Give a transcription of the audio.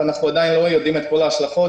אנחנו עדיין לא יודעים את כל ההשלכות